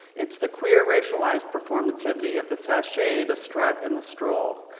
it's the queer, racialized performativity of the sashay, the strut, and the stroll.